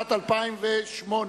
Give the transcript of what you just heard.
התשס”ט 2008,